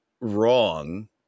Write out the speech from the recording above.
wrong